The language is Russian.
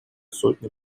сотни